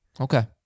Okay